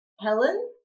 Helen